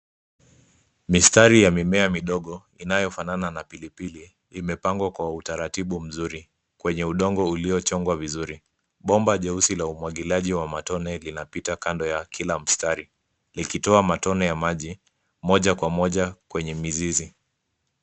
Mistari ya mimea midogo inayofanana na pilipili imepangwa kwa utaratibu mzuri, kwenye udongo uliochongwa vizuri. Bomba jeusi la umwagiliaji wa matone linapita kando ya kila mstari likitoa matone ya maji moja kwa moja kwenye mizizi.